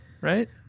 right